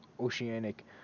oceanic